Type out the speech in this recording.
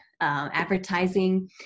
advertising